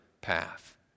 path